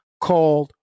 called